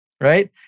right